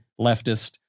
leftist